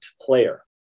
player